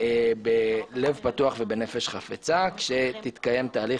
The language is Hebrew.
בלב פתוח ובנפש חפצה כשיתקיים תהליך